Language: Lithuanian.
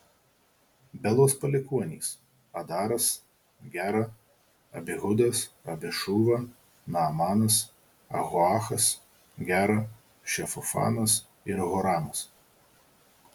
belos palikuonys adaras gera abihudas abišūva naamanas ahoachas gera šefufanas ir huramas